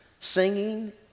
Singing